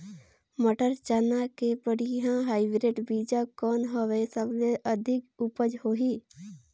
मटर, चना के बढ़िया हाईब्रिड बीजा कौन हवय? सबले अधिक उपज होही?